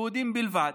יהודים בלבד,